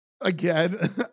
Again